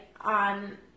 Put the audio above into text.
on